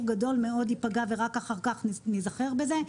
גדול מאוד ייפגע ורק אחר כך ניזכר בזה.